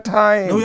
time